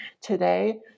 today